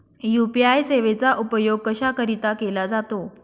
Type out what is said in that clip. UPI सेवेचा उपयोग कशाकरीता केला जातो?